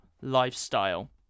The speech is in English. lifestyle